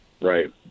Right